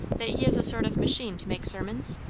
that he is a sort of machine to make sermons?